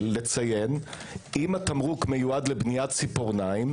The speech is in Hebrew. לציין אם התמרוק מיועד לבניית ציפורנים.